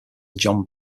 john